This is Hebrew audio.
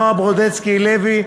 נועה ברודסקי לוי,